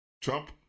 Trump